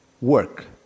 work